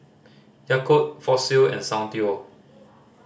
Yakult Fossil and Soundteoh